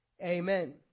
amen